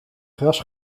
gras